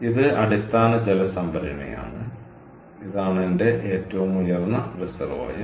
ഇത് അടിസ്ഥാന ജലസംഭരണിയാണ് ഇതാണ് എന്റെ ഏറ്റവും ഉയർന്ന റിസർവോയർ